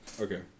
okay